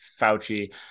Fauci